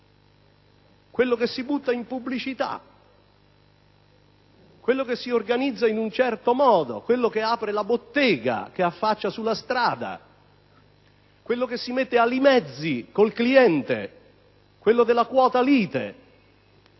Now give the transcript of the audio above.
quello che si butta in pubblicità, che si organizza in un certo modo, che apre la bottega che affaccia sulla strada, quello che si mette a mezzi con il cliente, quello della quota lite,